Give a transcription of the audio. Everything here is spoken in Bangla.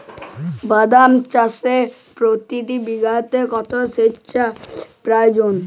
বাদাম চাষে প্রতি বিঘাতে কত সেচের প্রয়োজন?